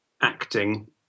acting